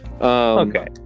Okay